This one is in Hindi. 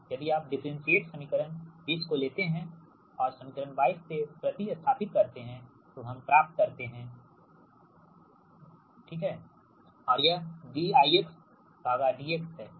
यदि आप डिफरेंटशिएट समीकरण 20 को लेते हैं और समीकरण 22 से प्रति स्थापित करते हैंतो हम प्राप्त करते हैं d2Vdx2z small z dIdxऔर यह dId ठीक